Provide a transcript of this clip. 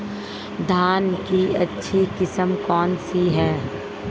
धान की अच्छी किस्म कौन सी है?